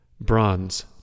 Bronze